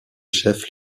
chef